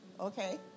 Okay